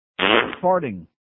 farting